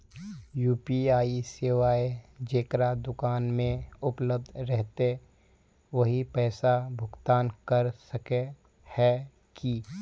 UPI सेवाएं जेकरा दुकान में उपलब्ध रहते वही पैसा भुगतान कर सके है की?